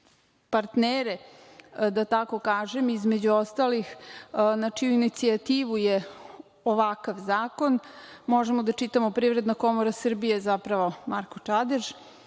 partnere, da tako kažem, između ostalih, na čiju inicijativu je ovakav zakon, možemo da čitamo Privredna komora Srbije, zapravo Marko Čadež,